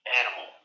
animal